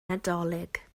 nadolig